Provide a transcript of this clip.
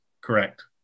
correct